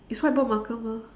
it's whiteboard marker mah